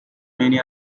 many